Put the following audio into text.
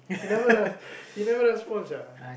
he never res~ he never respond sia